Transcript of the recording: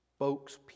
spokespeople